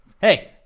Hey